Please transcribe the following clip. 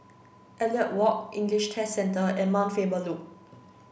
Elliot Walk English Test Centre and Mount Faber Loop